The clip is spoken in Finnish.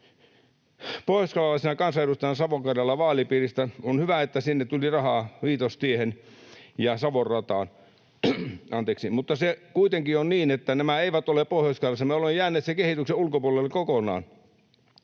Pohjoiskarjalaisena kansanedustajana Savo-Karjalan vaalipiiristä: On hyvä, että sinne tuli rahaa Viitostiehen ja Savon rataan, mutta se kuitenkin on niin, että nämä eivät ole Pohjois-Karjalassa. Me olemme jääneet sen kehityksen ulkopuolelle kokonaan.